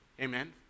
Amen